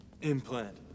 Implant